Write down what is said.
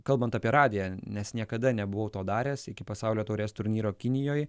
kalbant apie radiją nes niekada nebuvau to daręs iki pasaulio taurės turnyro kinijoj